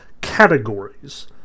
categories